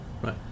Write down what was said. right